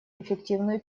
эффективную